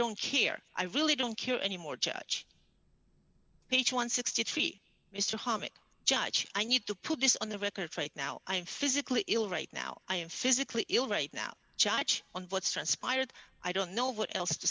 don't care i really don't care anymore judge page one hundred and sixty three mr harmon judge i need to put this on the record straight now i am physically ill right now i am physically ill right now judge on what's transpired i don't know what else to